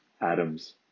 atoms